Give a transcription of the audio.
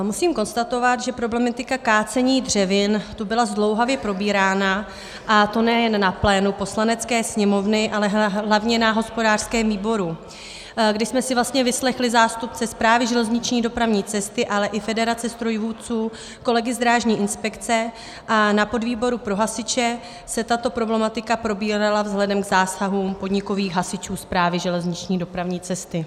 Musím konstatovat, že problematika kácení dřevin tu byla zdlouhavě probírána, a to nejen na plénu Poslanecké sněmovny, ale hlavně na hospodářském výboru, kde jsme si vlastně vyslechli zástupce Správy železniční dopravní cesty, ale i Federace strojvůdců, kolegy z Drážní inspekce, a na podvýboru pro hasiče se tato problematika probírala vzhledem k zásahům podnikových hasičů Správy železniční dopravní cesty.